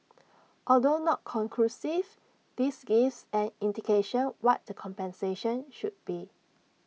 although not conclusive this gives an indication what the compensation should be